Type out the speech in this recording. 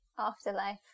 afterlife